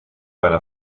einer